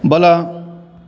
ಬಲ